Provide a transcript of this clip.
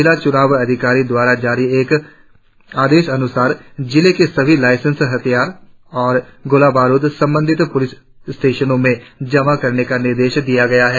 जिला चुनाव अधिकारी द्वारा जारी एक आदेशानुसार जिले के सभी लाईंसेंसी हथियार और गोलाबारुध संबंधित पुलिस स्टेशनों में जमा करने का निर्देश दिया गया है